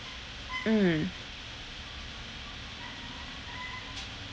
mm